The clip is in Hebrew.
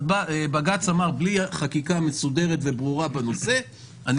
בג"ץ אמר: בלי חקיקה מסודרת וברורה בנושא אני